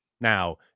Now